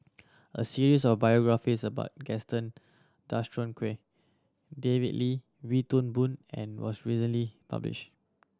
a series of biographies about Gaston Dutronquoy David Lee Wee Toon Boon was recently published